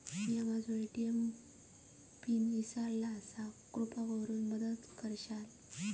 मी माझो ATM PIN इसरलो आसा कृपा करुन मदत करताल